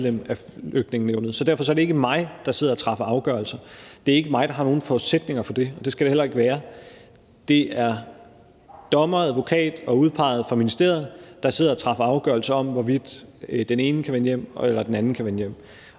så derfor er det ikke mig, der sidder og træffer afgørelser. Det er ikke mig, der har nogen forudsætninger for det, og det skal det heller ikke være. Det er dommere, advokater og udpegede fra ministeriet, der sidder og træffer afgørelse om, hvorvidt den ene eller den anden kan vende hjem,